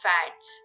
Fats